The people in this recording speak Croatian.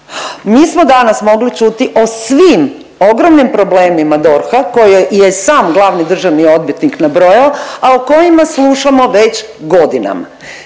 Mi smo danas mogli čuti o svim ogromnim problemima DORH-a koje je sam glavni državni odvjetnik nabrojao, a o kojima slušamo već godinama.